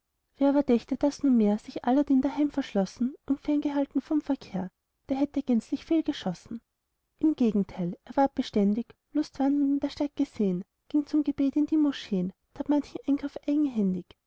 wer aber dächte daß nunmehr sich aladdin daheim verschlossen und ferngehalten vom verkehr der hätte gänzlich fehlgeschossen im gegenteil er ward beständig lustwandelnd in der stadt gesehn ging zum gebet in die moscheen tat manchen einkauf eigenhändig